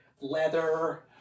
leather